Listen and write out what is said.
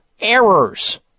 errors